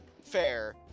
Fair